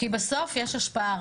כי בסוף יש השפעה,